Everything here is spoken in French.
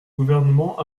gouvernement